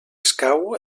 escau